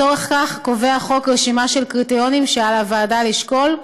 לצורך זה קובע החוק רשימה של קריטריונים שעל הוועדה לשקול,